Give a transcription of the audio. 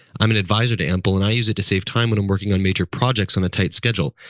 i'm an advisor to ample, and i use it to save time when i'm working on major projects on a tight schedule.